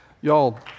Y'all